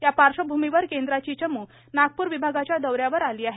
या पार्श्वभूमीवर केंद्राची चम् नागपूर विभागाच्या दौऱ्यावर आली आहे